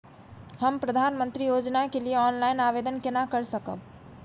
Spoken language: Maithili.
हम प्रधानमंत्री योजना के लिए ऑनलाइन आवेदन केना कर सकब?